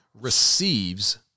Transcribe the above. receives